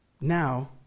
now